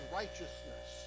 righteousness